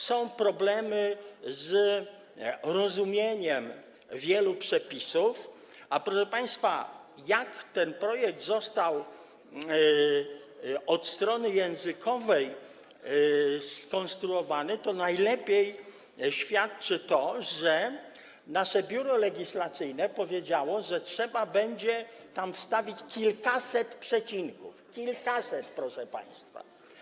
Są problemy ze zrozumieniem wielu przepisów, a o tym, jak ten projekt został od strony językowej skonstruowany, najlepiej świadczy to, że nasze Biuro Legislacyjne powiedziało, że trzeba będzie tam wstawić kilkaset przecinków - kilkaset, proszę państwa.